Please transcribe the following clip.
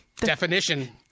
definition